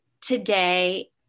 today